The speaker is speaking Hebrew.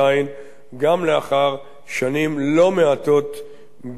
גם לאחר שנים לא מעטות בישראל.